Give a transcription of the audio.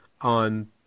on